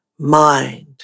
Mind